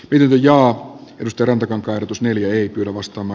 yliajoa pyrstörantakankaanutus neliöitä lavastama